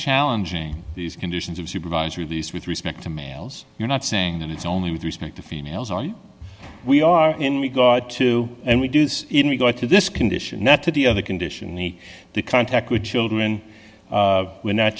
challenging these conditions of supervised release with respect to males you're not saying that it's only with respect to females on we are in regard to and we do this in regard to this condition not to the other condition any contact with children we're not